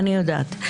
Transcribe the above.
אני יודעת.